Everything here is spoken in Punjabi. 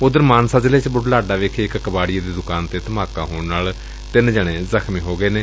ਉਧਰ ਮਾਨਸਾ ਜ਼ਿਲ੍ਜੇ ਚ ਬੂਢਲਾਡਾ ਵਿਖੇ ਇਕ ਕਬਾੜੀਏ ਦੀ ਦੁਕਾਨ ਚ ਧਮਾਕਾ ਹੋਣ ਨਾਲ ਤਿੰਨ ਜਣੇ ਜ਼ਖ਼ਮੀ ਹੋ ਗਏ ਨੇ